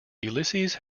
ulysses